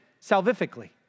salvifically